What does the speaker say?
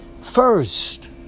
first